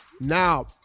Now